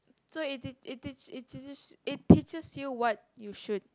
so it teach it teach it teaches it teaches you what you should